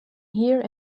here